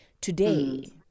today